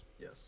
Yes